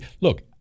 look